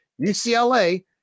UCLA